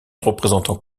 représentant